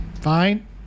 fine